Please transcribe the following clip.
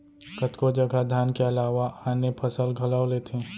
कतको जघा धान के अलावा आने फसल घलौ लेथें